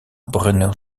brunner